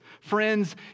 Friends